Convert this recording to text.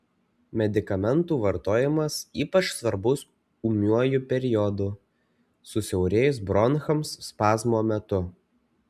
medikamentų vartojimas ypač svarbus ūmiuoju periodu susiaurėjus bronchams spazmo metu